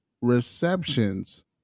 receptions